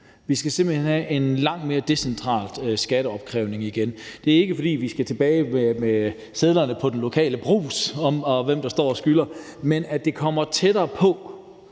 Vi skal simpelt hen have en langt mere decentral skatteopkrævning igen. Det er ikke, fordi vi skal tilbage til sedlerne i den lokale brugs, i forhold til hvem der står og skylder. Men at det kommer tættere på,